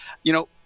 you know.